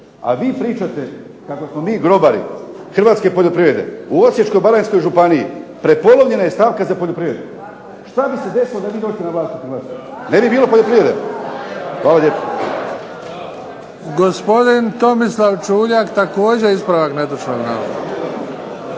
a vi pričate kako smo mi grobari Hrvatske poljoprivrede u Osječko-baranjskoj županiji, prepolovljena je stavka za poljoprivredu, što bi se desilo da vi dođete na vlast u Hrvatsku. Ne bi bilo poljoprivrede. Hvala lijepo. **Bebić, Luka (HDZ)** Gospodin tomislav Čuljak, također ispravak netočnog navoda.